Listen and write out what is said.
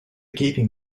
gaping